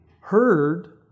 heard